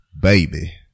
Baby